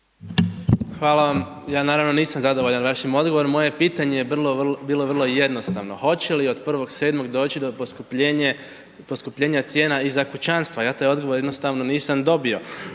Hvala vam, ja naravno nisam zadovoljan vašim odgovorom, moje pitanje je bilo vrlo jednostavno. Hoće li od 1.7. doći do poskupljenje, poskupljenja cijena i za kućanstva? Ja taj odgovor jednostavno nisam dobio,